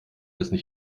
dessen